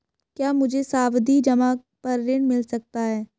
क्या मुझे सावधि जमा पर ऋण मिल सकता है?